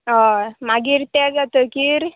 हय मागीर तें जातकीर